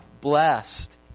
blessed